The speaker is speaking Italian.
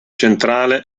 centrale